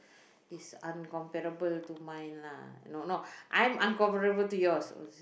is uncomparable to mine lah no no I'm uncomparable to yours